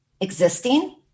existing